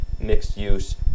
mixed-use